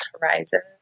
horizons